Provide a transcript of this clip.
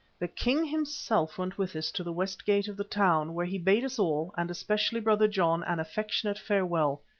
the king himself went with us to the west gate of the town, where he bade us all, and especially brother john, an affectionate farewell.